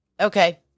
okay